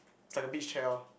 is like a big shell